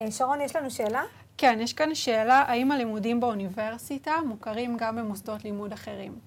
שרון, יש לנו שאלה? כן, יש כאן שאלה, האם הלימודים באוניברסיטה מוכרים גם במוסדות לימוד אחרים?